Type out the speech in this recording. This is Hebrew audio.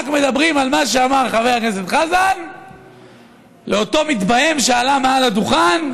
רק מדברים על מה שאמר חבר הכנסת חזן לאותו מתבהם שעלה על הדוכן.